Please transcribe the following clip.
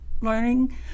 learning